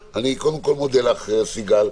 קודם כול אני מודה לך, סיגל,